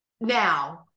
now